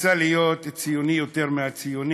רצה להיות ציוני יותר מהציוני,